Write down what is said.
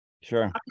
Sure